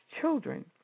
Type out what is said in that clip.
children